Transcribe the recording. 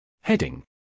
Heading